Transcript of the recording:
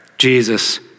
Jesus